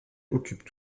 occupent